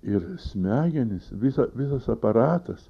ir smegenys visa visas aparatas